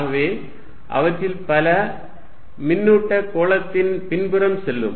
ஆகவே அவற்றில் பல மின்னூட்ட கோளத்தின் பின்புறம் செல்லும்